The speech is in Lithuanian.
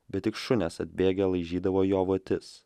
bet tik šunes atbėgę laižydavo jo votis